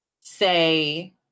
say